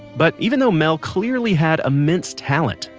but even though mel clearly had immense talent,